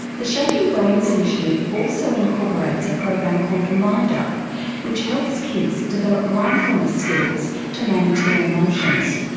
the shaping brains initiative also incorporates a program called mindup which helps kids develop mindfulness skills to manage their emotions.